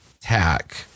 tack